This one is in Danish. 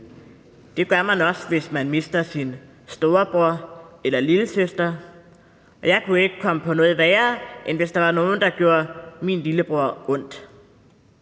Det gør man også, hvis man mister sin storebror eller lillesøster, og jeg kunne ikke komme på noget værre, end hvis der var nogen, der gjorde min lillebror ondt.